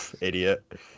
Idiot